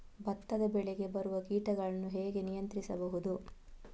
ಭತ್ತದ ಬೆಳೆಗೆ ಬರುವ ಕೀಟಗಳನ್ನು ಹೇಗೆ ನಿಯಂತ್ರಿಸಬಹುದು?